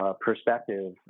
perspective